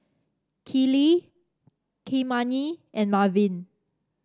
Kiley Kymani and Marvin